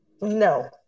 No